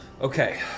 Okay